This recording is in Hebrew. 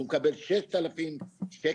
כשהוא מקבל משכורת של 6000 שקל?